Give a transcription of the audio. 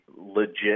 legit